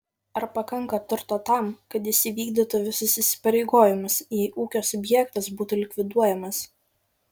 ar pakanka turto tam kad jis įvykdytų visus įsipareigojimus jei ūkio subjektas būtų likviduojamas